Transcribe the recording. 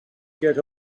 get